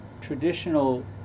traditional